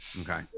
Okay